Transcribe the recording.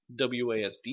WASD